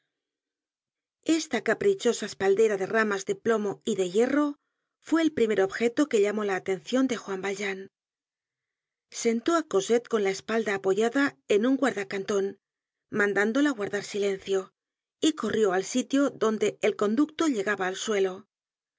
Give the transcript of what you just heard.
esta caprichosa espaldera de ramas de plomo y de hierro fue el primer objeto que llamó la atencion de juan valjean sentó á cosette con la espalda apoyada en un guardacanton mandándola guardar silencio y corrió al sitio donde el conducto llegaba al suelo tal